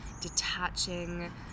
detaching